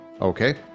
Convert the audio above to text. okay